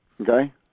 Okay